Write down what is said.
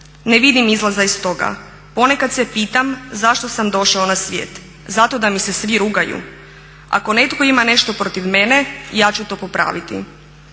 Ne vidim izlaza iz toga. Ponekad se pitam zašto sam došao na svijet. Zato da mi se svi rugaju? Ako netko ima nešto protiv mene ja ću to popraviti".